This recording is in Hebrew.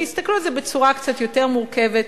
שיסתכלו על זה בצורה קצת יותר מורכבת,